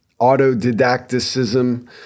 autodidacticism